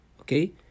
okay